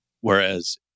Whereas